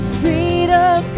freedom